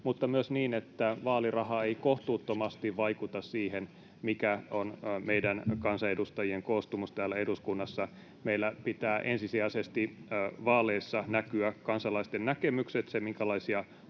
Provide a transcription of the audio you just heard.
mutta myös siihen, että vaaliraha ei kohtuuttomasti vaikuta siihen, mikä on meidän kansanedustajien koostumus täällä eduskunnassa. Meillä pitää ensisijaisesti vaaleissa näkyä kansalaisten näkemykset,